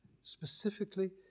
Specifically